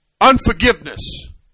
unforgiveness